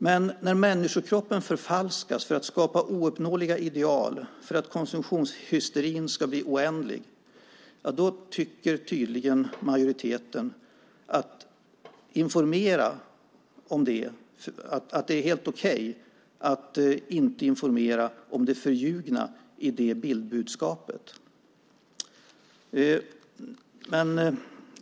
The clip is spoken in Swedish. Men när människokroppen förfalskas för att skapa ouppnåeliga ideal för att konsumtionshysterin ska bli oändlig tycker tydligen majoriteten att det är helt okej att inte informera om det förljugna i bildbudskapet.